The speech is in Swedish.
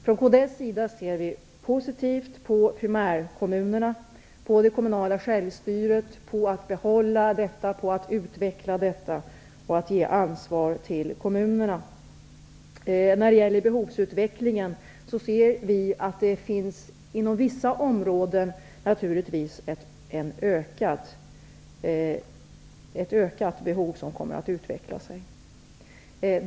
Från kds ser vi positivt på primärkommunerna och på det kommunala självstyret. Vi menar att det kommunala självstyret skall behållas och utvecklas och att ansvar skall ges till kommunerna. När det gäller behovsutvecklingen inser vi att det inom vissa områden naturligtvis finns ett ökat behov, som också kommer att utvecklas.